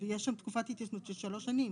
ויש שם תקופת התיישנות של שלוש שנים.